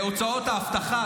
הוצאות האבטחה,